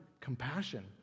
compassion